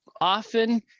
often